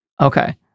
Okay